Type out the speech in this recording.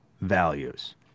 values